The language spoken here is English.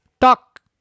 talk